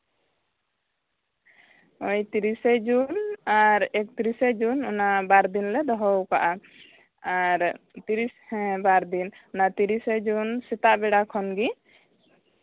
ᱛᱤᱨᱤᱥᱮ ᱡᱩᱱ ᱟᱨ ᱮᱠᱛᱤᱨᱤᱥᱮ ᱡᱩᱱ ᱚᱱᱟ ᱵᱟᱨ ᱫᱤᱱ ᱞᱮ ᱫᱚᱦᱚ ᱟᱠᱟᱫᱼᱟ ᱟᱨ ᱛᱤᱨᱤᱥ ᱦᱮᱸ ᱵᱟᱨ ᱫᱤᱱ ᱚᱱᱟ ᱛᱤᱨᱤᱥᱮ ᱡᱩᱱ ᱥᱮᱛᱟᱜ ᱵᱮᱲᱟ ᱠᱷᱚᱱ ᱜᱮ